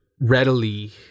readily